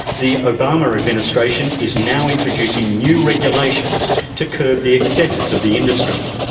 the obama administration is now introducing new regulations to curb the excesses of the industry.